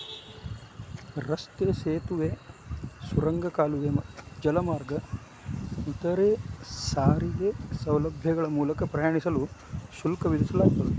ರಸ್ತೆ ಸೇತುವೆ ಸುರಂಗ ಕಾಲುವೆ ಜಲಮಾರ್ಗ ಇತರ ಸಾರಿಗೆ ಸೌಲಭ್ಯಗಳ ಮೂಲಕ ಪ್ರಯಾಣಿಸಲು ಶುಲ್ಕ ವಿಧಿಸಲಾಗ್ತದ